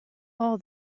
all